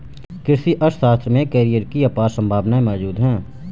कृषि अर्थशास्त्र में करियर की अपार संभावनाएं मौजूद है